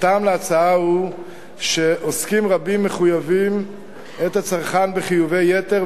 הטעם להצעה הוא שעוסקים רבים מחייבים את הצרכן בחיובי יתר,